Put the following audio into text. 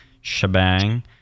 shebang